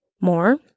more